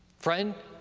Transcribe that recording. friend,